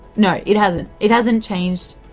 no, it hasn't, it hasn't changed